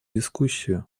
дискуссию